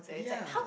ya